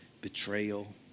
betrayal